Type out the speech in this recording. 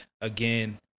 again